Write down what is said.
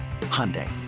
Hyundai